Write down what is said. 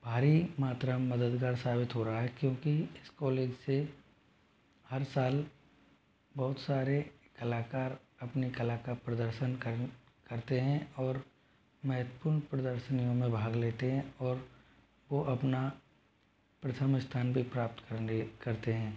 भारी मात्रा में मददगार साबित हो रहा है क्योंकि इस कॉलेज से हर साल बहुत सारे कलाकार अपने कला का प्रदर्शन कर करते हैं और मेहत्वपूर्ण प्रदर्शनियों में भाग लेते हैं और वो अपना प्रथम स्थान भी प्राप्त कर ले करते हैं